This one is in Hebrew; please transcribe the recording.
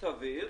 סביר